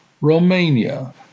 Romania